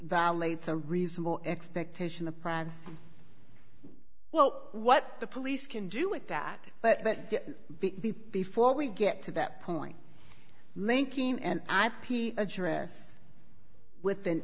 violates a reasonable expectation of privacy well what the police can do with that but before we get to that point linking and ip address with